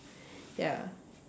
ya